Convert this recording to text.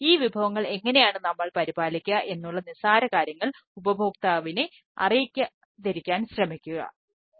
ഈ വിഭവങ്ങൾ എങ്ങനെയാണ് നമ്മൾ പരിപാലിക്കുക എന്നുള്ള നിസാര കാര്യങ്ങൾ ഉപഭോക്താവിനെ അറിയിക്കാതിരിക്കാൻ ശ്രമിക്കുക